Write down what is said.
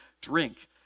drink